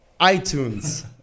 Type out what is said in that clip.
iTunes